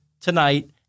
tonight